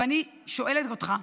ואני שואלת אותך,